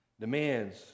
demands